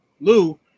lou